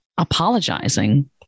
Apologizing